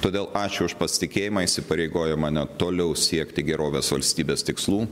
todėl ačiū už pasitikėjimą įsipareigojo mane toliau siekti gerovės valstybės tikslų